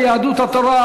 אתם ויהדות התורה,